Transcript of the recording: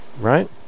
right